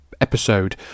episode